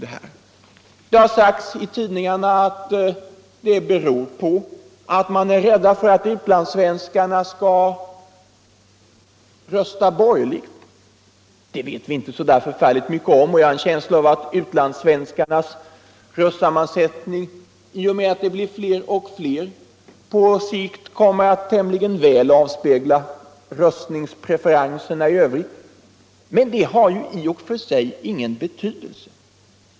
Det har sagts i tidningarna att det skulle bero på att man är rädd för att utlandssvenskarna skulle rösta borgerligt. Det vet vi inte så mycket om. I och med att antalet utlandssvenskar blir fler har jag en känsla av att utlandssvenskarnas röstning tämligen väl kommer att avspegla röstningspreferenserna i övrigt. Men det har ju i och för sig ingen betydelse.